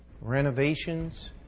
renovations